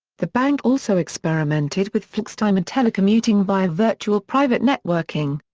the bank also experimented with flextime and telecommuting via virtual private networking.